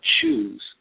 choose